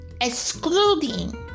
excluding